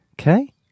Okay